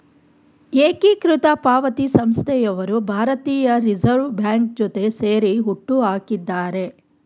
ಏಕೀಕೃತ ಪಾವತಿ ಸಂಸ್ಥೆಯವರು ಭಾರತೀಯ ರಿವರ್ಸ್ ಬ್ಯಾಂಕ್ ಜೊತೆ ಸೇರಿ ಹುಟ್ಟುಹಾಕಿದ್ದಾರೆ